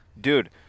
Dude